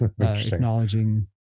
acknowledging